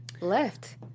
left